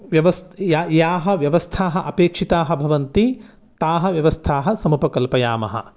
व्यवस्थाः याः याः व्यवस्थाः अपेक्षिताः भवन्ति ताः व्यवस्थाः समुपकल्पयामः